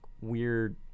weird